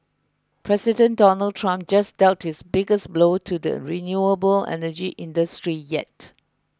President Donald Trump just dealt his biggest blow to the renewable energy industry yet